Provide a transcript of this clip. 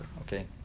okay